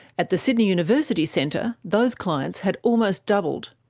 at the sydney university centre, those clients had almost doubled.